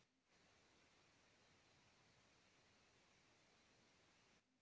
सन के पौधा के बढ़े खातिर बहुत पानी चाहला